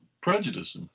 prejudice